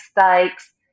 mistakes